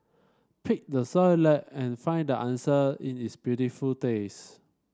pick the Soy Latte and find the answer in its beautiful taste